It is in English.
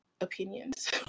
opinions